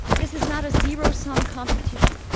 this is not a zero sum competition.